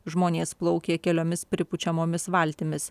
žmonės plaukė keliomis pripučiamomis valtimis